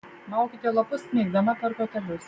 maukite lapus smeigdama per kotelius